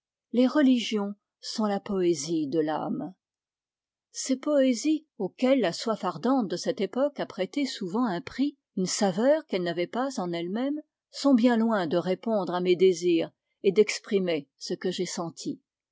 les religions sont la poésie de l'ame ces poésies auxquelles la soif ardente de cette époque a prêté souvent un prix une saveur qu'elles n'avaient pas en elles-mêmes sont bien loin de répondre à mes désirs et d'exprimer ce que j'ai senti